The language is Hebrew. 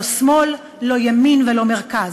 לא שמאל, לא ימין ולא מרכז.